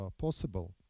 possible